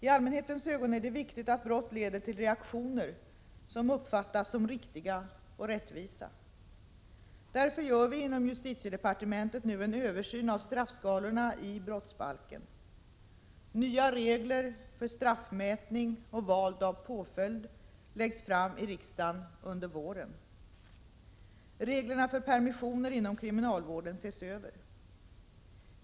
I allmänhetens ögon är det viktigt att brott leder till reaktioner som uppfattas som riktiga och rättvisa. Därför gör vi inom justitiedepartementet nu en översyn av straffskalorna i brottsbalken. Nya regler för straffmätning och val av påföljd läggs fram i riksdagen under våren. Reglerna för permissioner inom kriminalvården ses över.